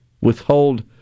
withhold